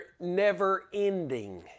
never-ending